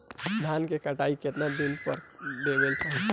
धान क कटाई केतना दिन में कर देवें कि चाही?